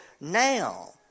now